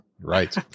right